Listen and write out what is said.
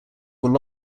were